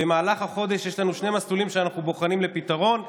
במהלך החודש יש לנו שני מסלולים שאנחנו בוחנים לפתרון,